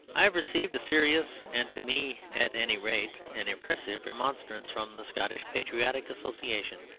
i have received a serious, and to me, at any rate, an impressive remonstrance from the scottish patriotic association.